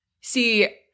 See